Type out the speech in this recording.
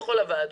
בכל הוועדות.